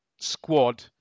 squad